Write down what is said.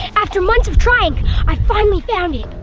after months of trying i finally found it.